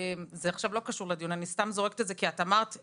זה לא הנושא אבל אני מעלה את זה כי את דיברת.